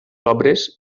obres